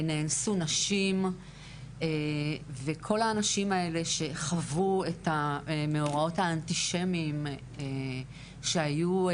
נאנסו נשים וכל האנשים האלה שחוו את המאורעות האנטישמיים שהיו,